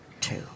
two